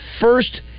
first